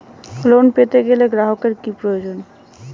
Loan পেতে গেলে গ্রাহকের কি প্রয়োজন?